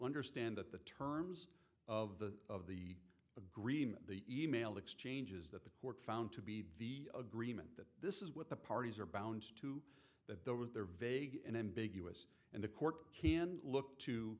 understand that the terms of the the of agreement the e mail exchanges that the court found to be the agreement that this is what the parties are bound to that there was there vague and ambiguous and the court can look to